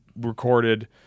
recorded